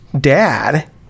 dad